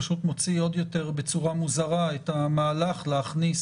זה פשוט מוציא עוד יותר בצורה מוזרה את המהלך להכניס